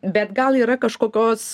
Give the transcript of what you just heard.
bet gal yra kažkokios